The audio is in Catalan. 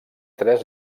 tres